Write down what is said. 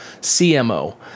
CMO